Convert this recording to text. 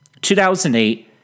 2008